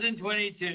2022